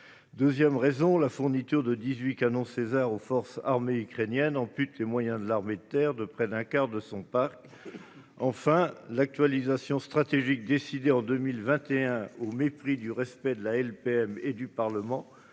Deuxièmement, la fourniture de dix-huit canons Caesar aux forces armées ukrainiennes ampute les moyens de l'armée de terre de près du quart de son parc. Troisièmement, l'actualisation stratégique décidée en 2021, au mépris du respect de la LPM et du Parlement,